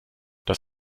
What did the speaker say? das